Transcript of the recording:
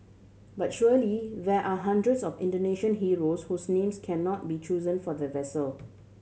but surely there are hundreds of Indonesian heroes whose names can not be chosen for the vessel